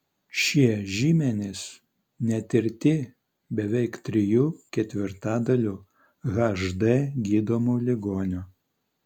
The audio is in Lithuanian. šie žymenys netirti beveik trijų ketvirtadalių hd gydomų ligonių